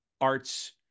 arts